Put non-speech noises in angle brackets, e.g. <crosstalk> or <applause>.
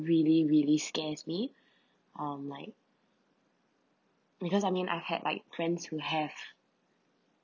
really really scares me <breath> um like because I mean I had like friends who have